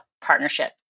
partnership